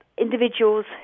individuals